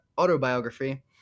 autobiography